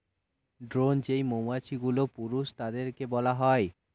drone যেই মৌমাছিগুলো, পুরুষ তাদেরকে বলা হয়